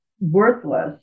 worthless